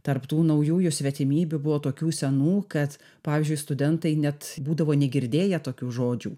tarp tų naujųjų svetimybių buvo tokių senų kad pavyzdžiui studentai net būdavo negirdėję tokių žodžių